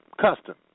custom